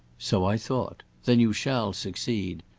so i thought. then you shall succeed.